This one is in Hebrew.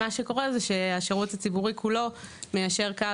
מה שקורה זה שהשירות הציבורי כולו מיישר קו